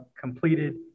completed